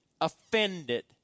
offended